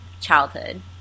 childhood